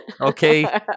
okay